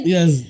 Yes